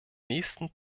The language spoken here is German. nächsten